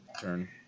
turn